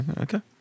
Okay